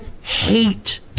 hate